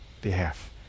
behalf